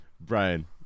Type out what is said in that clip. Brian